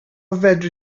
fedri